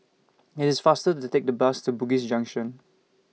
IT IS faster to Take The Bus to Bugis Junction